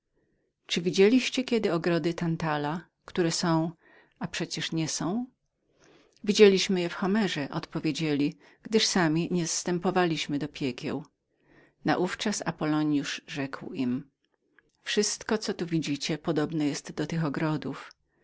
czy widzieliście kiedy ogrody tantala które są a przecież nie są widzieliśmy je w homerze odpowiedzieli gdyż sami nie zstępowaliśmy do piekieł naówczas apollonius rzekł im wszystko co tu widzicie podobnem jest do tych ogrodów